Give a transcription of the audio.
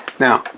now,